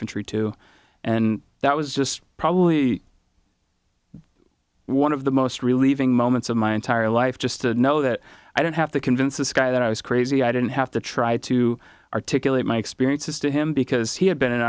infantry too and that was just probably one of the most relieving moments of my entire life just to know that i don't have to convince this guy that i was crazy i didn't have to try to articulate my experiences to him because he had been in